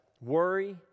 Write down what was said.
worry